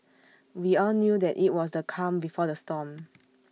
we all knew that IT was the calm before the storm